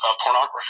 pornography